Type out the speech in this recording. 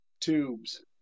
Tubes